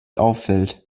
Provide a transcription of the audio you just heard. auffällt